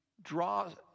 draws